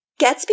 Gatsby